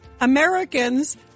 Americans